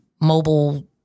mobile